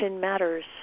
matters